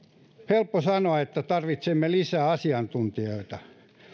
helppo sanoa että tarvitsemme lisää asiantuntijoita